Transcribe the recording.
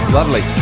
Lovely